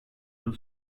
yıl